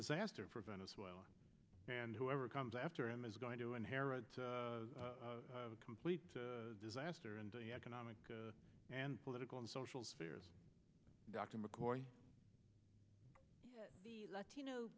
disaster for venezuela and whoever comes after him is going to inherit a complete disaster and economic and political and social spheres dr